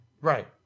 Right